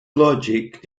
logic